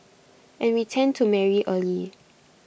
and we tend to marry early